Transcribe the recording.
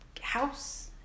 house